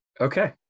Okay